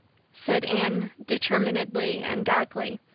said anne determinedly and darkly.